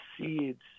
seeds